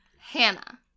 Hannah